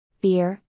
beer